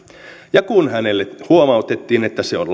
ja kun hänelle huomautettiin että se on